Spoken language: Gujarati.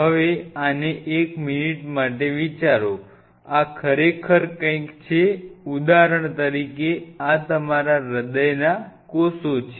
હવે આને એક મિનિટ માટે વિચારો આ ખરેખર કંઈક છે ઉદાહરણ તરીકે આ તમારા હૃદયના કોષો છે